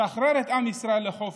שחרר את עם ישראל לחופש.